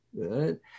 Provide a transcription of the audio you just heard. Good